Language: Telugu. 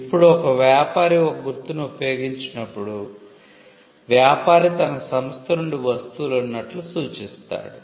ఇప్పుడు ఒక వ్యాపారి ఒక గుర్తును ఉపయోగించినప్పుడు వ్యాపారి తన సంస్థ నుండి వస్తువులు ఉన్నట్లు సూచిస్తాడు